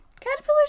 Caterpillars